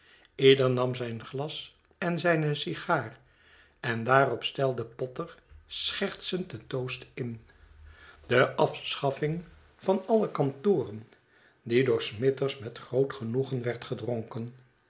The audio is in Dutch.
ieder nam zijn glas en zijne sigaar en daarop stelde potter schertsend den toast in de afschaffing van alle kantoren die door smithers met groot genoegen werd gedronken